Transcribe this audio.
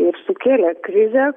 ir sukėlė krizę